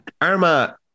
Arma